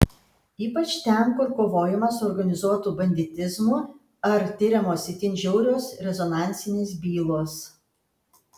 ypač ten kur kovojama su organizuotu banditizmu ar tiriamos itin žiaurios rezonansinės bylos